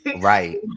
Right